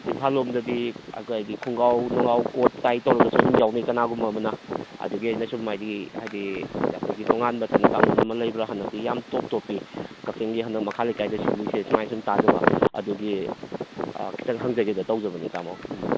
ꯏꯝꯐꯥꯜ ꯂꯣꯝꯗꯗꯤ ꯑꯩꯈꯣꯏꯒꯤ ꯈꯣꯡꯒꯥꯎ ꯅꯨꯡꯒꯥꯎ ꯀꯣꯠ ꯇꯥꯏ ꯇꯧꯔꯒꯁꯨ ꯑꯗꯨꯝ ꯌꯥꯎꯅꯩ ꯀꯅꯥꯒꯨꯝꯕ ꯑꯃꯅ ꯑꯗꯨꯒꯤ ꯑꯩꯅ ꯁꯨꯝ ꯍꯥꯏꯗꯤ ꯍꯥꯏꯗꯤ ꯑꯩꯈꯣꯏꯒꯤ ꯇꯣꯉꯥꯟꯕ ꯆꯠꯅ ꯀꯥꯡꯂꯣꯟ ꯑꯃ ꯂꯩꯕ꯭ꯔꯥ ꯍꯟꯗꯛꯇꯤ ꯌꯥꯝ ꯇꯣꯞ ꯇꯣꯞꯄꯤ ꯀꯥꯛꯆꯤꯡꯒꯤ ꯍꯟꯗꯛ ꯃꯈꯥ ꯂꯩꯀꯥꯏꯗ ꯁꯤꯜꯂꯤꯁꯦ ꯁꯨꯃꯥꯏꯅ ꯁꯨꯝ ꯇꯥꯖꯕ ꯑꯗꯨꯒꯤ ꯈꯤꯇꯪ ꯍꯪꯖꯒꯦꯅ ꯇꯧꯖꯕꯅꯦ ꯇꯥꯃꯣ ꯎꯝ